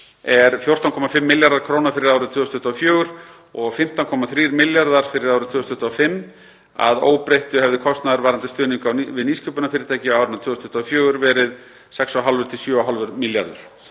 er 14,5 milljarðar kr. fyrir árið 2024 og 15,3 milljarðar kr. fyrir árið 2025. Að óbreyttu hefði kostnaður varðandi stuðning við nýsköpunarfyrirtæki á árinu 2024 verið 6,5–7,5 milljarðar